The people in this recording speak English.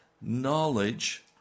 knowledge